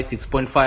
5 6